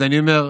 אז אני אומר,